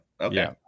okay